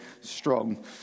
strong